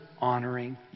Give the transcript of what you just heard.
honoring